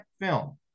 film